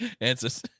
Answers